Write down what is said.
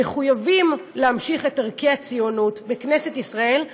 מחויבים להמשיך את ערכי הציונות בכנסת ישראל,